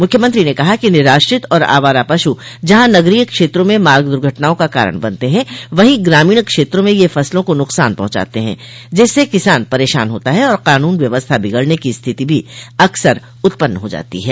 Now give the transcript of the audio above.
मुख्यमंत्री ने कहा कि निराश्रित और आवारा पशु जहां नगरीय क्षेत्रों में मार्ग दुर्घटनाओं का कारण बनते हैं वहीं ग्रामीण क्षेत्रों में ये फसलों को नुकसान पहुॅचाते हैं जिससे किसान परेशान होता है और कानून व्यवस्था बिगड़ने की स्थिति भी अक्सर उत्पन्न हो जाती है